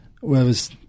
Whereas